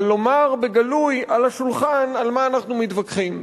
אבל לומר בגלוי, על השולחן, על מה אנחנו מתווכחים.